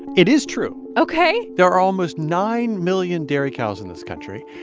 it is true ok there are almost nine million dairy cows in this country.